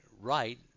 right